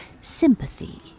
sympathy